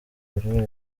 buri